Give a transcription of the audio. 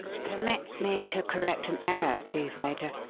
permit me to correct an error, please, major.